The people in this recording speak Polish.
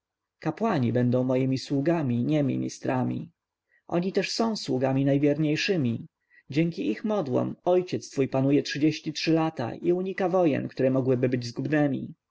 kapłani będą moimi sługami nie ministrami oni też są sługami najwierniejszymi dzięki ich modłom ojciec twój panuje trzydzieści trzy lat i unika wojen które mogłyby być zgubnemi